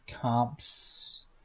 comps